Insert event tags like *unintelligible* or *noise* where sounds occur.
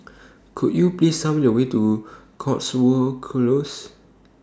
Could YOU *unintelligible* Me The Way to Cotswold Close